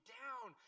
down